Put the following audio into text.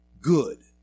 good